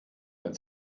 ein